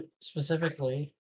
Specifically